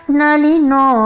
nalino